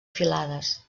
filades